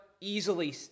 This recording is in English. easily